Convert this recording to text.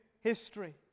history